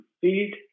feed